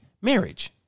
marriage